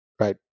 Right